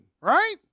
right